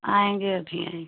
आएँगे अभी आएँगे